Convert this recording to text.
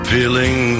Feeling